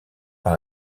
par